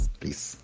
please